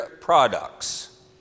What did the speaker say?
products